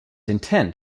intent